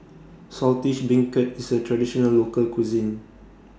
Saltish Beancurd IS A Traditional Local Cuisine